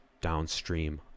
downstream